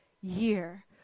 year